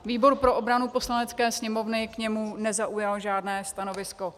Výbor pro obranu Poslanecké sněmovny k němu nezaujal žádné stanovisko.